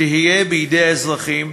שיהיה בידי האזרחים,